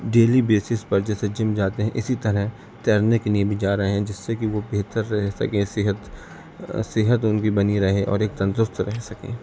daily basis پر جیسے gym جاتے ہیں اسی طرح تیرنے کے لیے بھی جا رہے ہیں جس سے کہ وہ بہتر رہ سکیں صحت صحت ان کی بنی رہے اور ایک تندرست رہ سکیں